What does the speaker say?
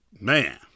man